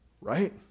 right